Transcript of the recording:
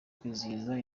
kwizihiza